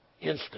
instant